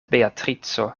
beatrico